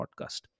podcast